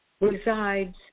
resides